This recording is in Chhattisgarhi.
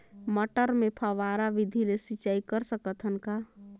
मटर मे फव्वारा विधि ले सिंचाई कर सकत हन का?